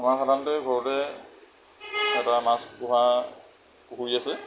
আমাৰ সাধাৰণতে ঘৰতে এটা মাছ পোহা পুখুৰী আছে